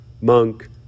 monk